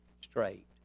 straight